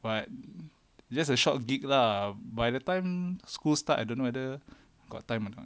but just a short geek lah by the time school start I don't know whether got time or not